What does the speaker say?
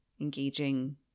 engaging